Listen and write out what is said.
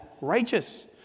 righteous